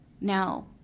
Now